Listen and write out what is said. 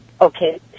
Okay